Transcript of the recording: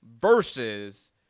versus